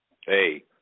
Hey